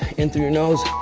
in through your nose,